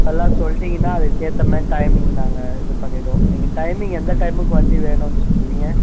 அதெல்லாம் சொல்லிட்டிங்கனா அதுக்கேற்ற மாரி டைமிங் நாங்கள் இது பண்ணிவிடுவோம் நீங்கள் டைமிங் எந்த டைமுக்கு வண்டி வேணுமென் சொன்னீங்க